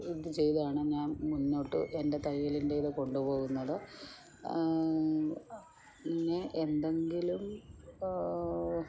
ഇത് ചെയ്താണ് ഞാൻ മുന്നോട്ട് എൻ്റെ തയ്യലിൻറ്റേത് കൊണ്ടു പോകുന്നത് പിന്നെ എന്തെങ്കിലും